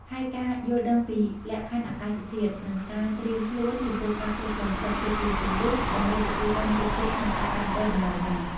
ហើយការយល់ដឹងពីលក្ខខណ្ឌអាកាសធាតុ និងការត្រៀមខ្លួនចំពោះការគ្រប់គ្រងទឹក គឺជាគន្លឹះដើម្បីទទួលបានជោគជ័យក្នុងការដាំដុះដំឡូងមី។